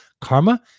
Karma